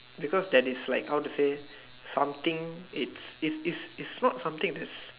because that is like how to say something its its its its not something that's